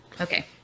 Okay